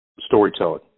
storytelling